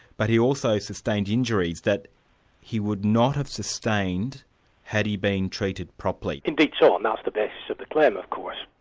but he also sustained injuries that he would not have sustained had he been treated properly? indeed so. and that's the basis of the claim, of course.